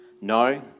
No